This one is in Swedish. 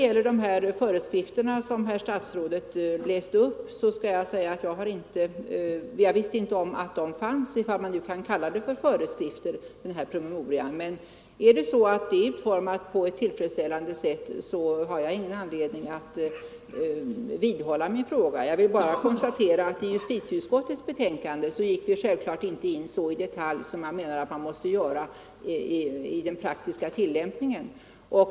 De föreskrifter som herr statsrådet läste upp, om man nu kan kalla dem föreskrifter, kände jag inte till. Är de emellertid utformade på ett tillfredsställande sätt har jag ingen anledning att vidhålla min fråga. Jag vill bara konstatera att man i justitieutskottets betänkande självklart inte gick in på alla de detaljer som man måste gå in på i den praktiska tilllämpningen.